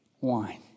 wine